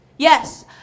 Yes